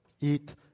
Eat